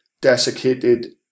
desiccated